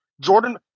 Jordan –